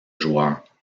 joueurs